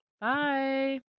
bye